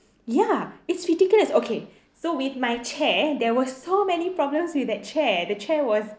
ya it's ridiculous okay so with my chair there were so many problems with that chair the chair was